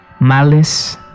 Malice